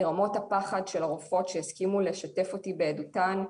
היא רמות הפחד של הרופאות שהסכימו לשתף אותי בעדותן,